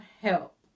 help